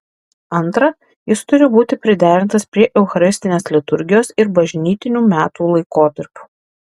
antra jis turi būti priderintas prie eucharistinės liturgijos ir bažnytinių metų laikotarpių